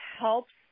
helps